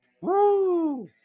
Woo